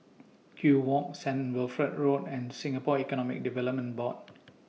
Kew Walk Saint Wilfred Road and Singapore Economic Development Board